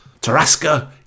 Tarasca